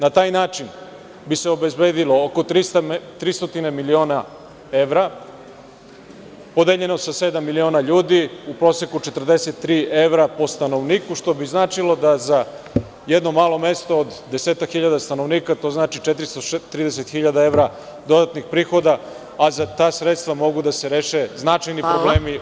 Na taj način bi se obezbedilo 300 miliona evra, podeljeno sa sedam miliona ljudi, u proseku 43 evra po stanovniku, što bi značilo da za jedno malo mesto od 10-ak hiljada stanovnika, to znači 430.000 evra dodatnih prihoda, a za ta sredstva mogu da se reše značajni problemi.